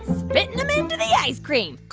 spitting them into the ice cream